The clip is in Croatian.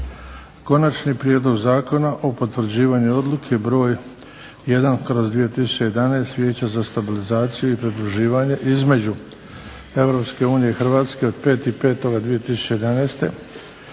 na Prijedlog Zakona o potvrđivanju odluke br. 1/2011 vijeća za stabilizaciju i pridruživanje između EU i Hrvatske od 5/5/2011